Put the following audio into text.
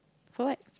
for what